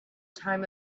time